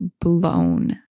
blown